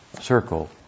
circle